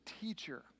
teacher